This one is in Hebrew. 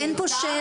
אין פה שאלה.